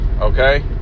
okay